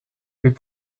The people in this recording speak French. mais